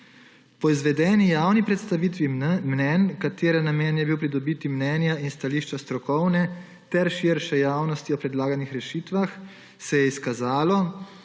Po izvedeni javni predstavitvi mnenj, katere namen je bil pridobiti mnenja in stališča strokovne ter širše javnosti o predlaganih rešitvah, se je izkazalo,